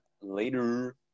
later